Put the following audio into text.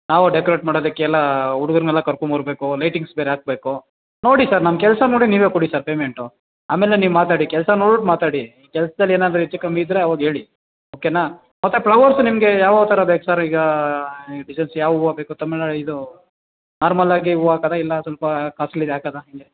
ನಾವೂ ಡೆಕೊರೇಟ್ ಮಾಡೋದಕ್ಕೆಲ್ಲ ಹುಡುಗ್ರನೆಲ್ಲ ಕರ್ಕೊಂಬರಬೇಕು ಲೈಟಿಂಗ್ಸ್ ಬೇರೆ ಹಾಕ್ಬೇಕು ನೋಡಿ ಸರ್ ನಮ್ಮ ಕೆಲಸ ನೋಡಿ ನೀವೇ ಕೊಡಿ ಸರ್ ಪೇಮೆಂಟು ಆಮೇಲೆ ನೀವು ಮಾತಾಡಿ ಕೆಲಸ ನೋಡ್ಬಿಟ್ಟು ಮಾತಾಡಿ ಕೆಲಸ್ದಲ್ಲಿ ಏನಾದರೂ ಹೆಚ್ಚು ಕಮ್ಮಿ ಇದ್ರೆ ಅವಾಗ ಹೇಳಿ ಓಕೆಯಾ ಮತ್ತೆ ಪ್ಲವರ್ಸು ನಿಮಗೆ ಯಾವ್ಯಾವ ಥರ ಬೇಕು ಸರ್ ಈಗ ಡಿಸೈನ್ಸ್ ಯಾವ ಹೂವ ಬೇಕು ತಮಿಳ್ನಾಡು ಇದು ನಾರ್ಮಲ್ಲಾಗಿ ಹೂವು ಹಾಕೋದ ಇಲ್ಲ ಸ್ವಲ್ಪ ಕಾಸ್ಟ್ಲಿದೇ ಹಾಕೋದ